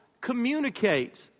communicates